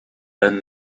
and